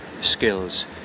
skills